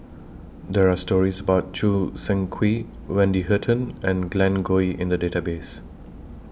There Are stories about Choo Seng Quee Wendy Hutton and Glen Goei in The Database